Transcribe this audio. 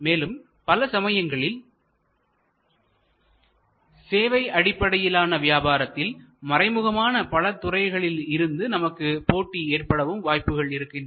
மேலும் பல சமயங்களில் சேவை அடிப்படையிலான வியாபாரத்தில் மறைமுகமான பல துறைகளில் இருந்து நமக்கு போட்டி ஏற்படவும் வாய்ப்புகள் இருக்கின்றன